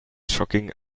shocking